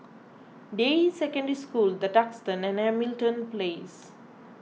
Deyi Secondary School the Duxton and Hamilton Place